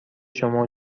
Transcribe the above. شما